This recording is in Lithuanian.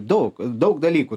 daug daug dalykų